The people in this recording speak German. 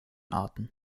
arten